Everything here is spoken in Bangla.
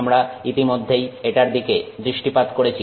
আমরা ইতিমধ্যেই এটার দিকে দৃষ্টিপাত করেছি